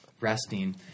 resting